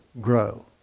grow